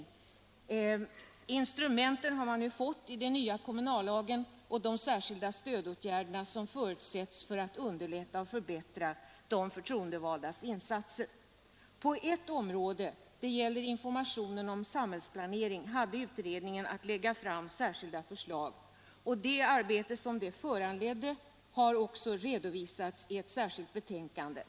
I den nya kommunallagen har man fått instrumenten och utrymme för de särskilda stödåtgärder som förutsätts för att underlätta och förbättra de förtroendevaldas insatser. På ett område — det gäller informationen om samhällsplaneringen — hade utredningen att lägga fram ett särskilt förslag, och det arbete som detta föranledde har också redovisats i ett särskilt betänkande.